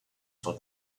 for